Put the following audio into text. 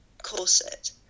corset